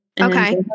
Okay